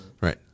right